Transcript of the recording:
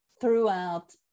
throughout